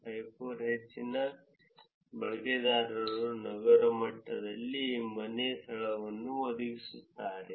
54 ರ ಹೆಚ್ಚಿನ ಬಳಕೆದಾರರು ನಗರ ಮಟ್ಟದಲ್ಲಿ ಮನೆ ಸ್ಥಳವನ್ನು ಒದಗಿಸುತ್ತಾರೆ